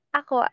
ako